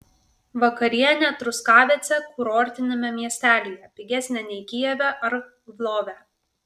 vakarienė truskavece kurortiniame miestelyje pigesnė nei kijeve ar lvove